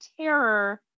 terror